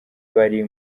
bari